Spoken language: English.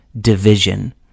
division